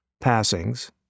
Passings